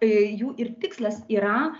jų ir tikslas yra